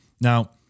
Now